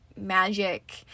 magic